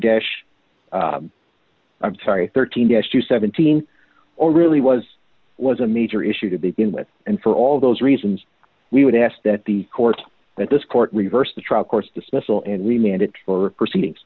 dash i'm sorry thirteen yes to seventeen or really was was a major issue to begin with and for all those reasons we would ask that the court that this court reversed the trial course dismissal and we may end it for proceedings